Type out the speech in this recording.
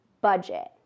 budget